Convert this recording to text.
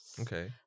Okay